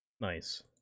nice